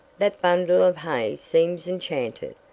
that bundle of hay seems enchanted.